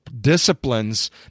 disciplines